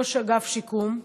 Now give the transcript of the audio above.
ראש אגף שיקום,